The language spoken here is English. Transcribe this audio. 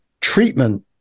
treatment